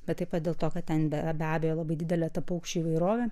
bet taip pat dėl to kad ten be abejo labai didelė ta paukščių įvairovė